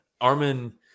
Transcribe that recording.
Armin